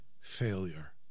failure